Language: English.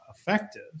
effective